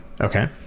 Okay